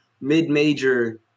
mid-major